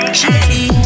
shady